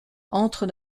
entrent